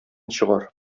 чыгар